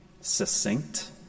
succinct